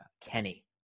Kenny